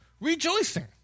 Rejoicing